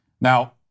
Now